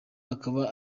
akaba